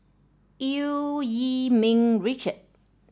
Eu Yee Ming Richard